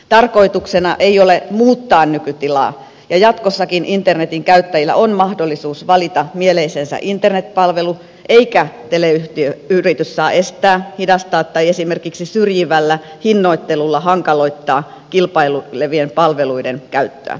tarkoituksena ei ole muuttaa nykytilaa ja jatkossakin internetin käyttäjillä on mahdollisuus valita mieleisensä internet palvelu eikä teleyhtiöyritys saa estää hidastaa tai esimerkiksi syrjivällä hinnoittelulla hankaloittaa kilpailevien palveluiden käyttöä